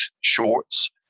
shorts